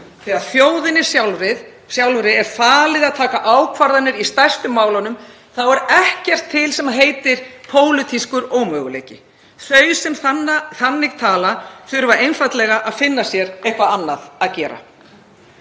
Þegar þjóðinni sjálfri er falið að taka ákvarðanir í stærstu málunum þá er ekkert til sem heitir pólitískur ómöguleiki. Þau sem þannig tala þurfa einfaldlega að finna sér eitthvað annað að gera.